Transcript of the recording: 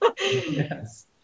Yes